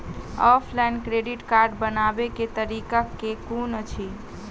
Offline credit card बनाबै केँ तरीका केँ कुन अछि?